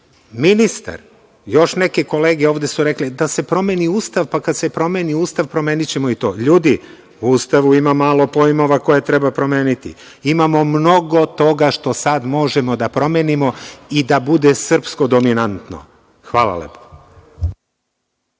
nas. Ministar i još neke kolege ovde su rekli da se promeni Ustav, pa kada se promeni Ustav promenićemo i to. Ljudi, u Ustavu ima malo pojmova koje treba promeniti. Imamo mnogo toga što sada možemo da promenimo i da bude srpsko, dominantno. Hvala lepo.